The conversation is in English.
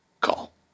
call